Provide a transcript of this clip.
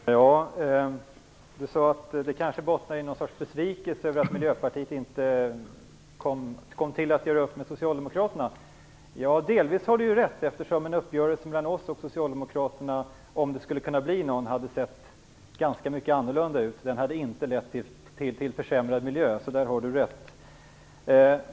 Herr talman! Maggie Mikaelsson sade att det kanske bottnar i någon sorts besvikelse över att Miljöpartiet inte kom till att göra upp med Delvis är det rätt, eftersom en uppgörelse mellan oss och Socialdemokraterna - om det hade kunnat bli någon - hade sett ganska annorlunda ut. Den hade inte lett till försämrad miljö.